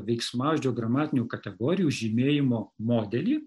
veiksmažodžio gramatinių kategorijų žymėjimo modelį